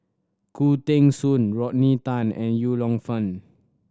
Khoo Teng Soon Rodney Tan and Yong Lew Foong